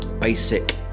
basic